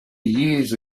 years